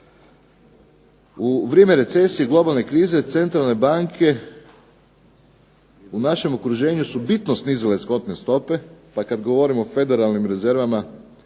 u vrijeme recesije i globalne krize centralne banke u našem okruženju su bitno snizile …/Govornik se ne razumije./… stope, pa kad govorimo o federalnim rezervama